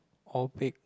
or bake